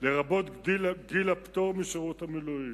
לרבות גיל הפטור משירות המילואים,